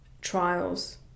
trials